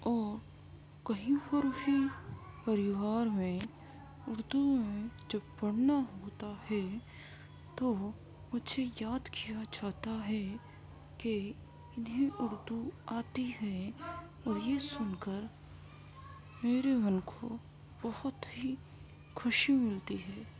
او کہیں پر بھی پریوار میں اردو میں جب پڑھنا ہوتا ہے تو مجھے یاد کیا جاتا ہے کہ انہیں اردو آتی ہے اور یہ سن کر میرے من کو بہت ہی خوشی ملتی ہے